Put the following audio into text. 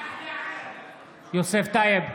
יוסף טייב,